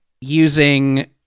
using